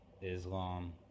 Islam